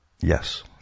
Yes